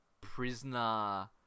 prisoner